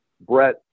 Brett